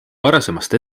varasemast